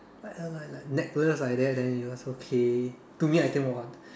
like a like like necklace like that then it was okay to me I think was